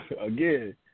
again